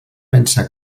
pensa